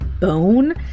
bone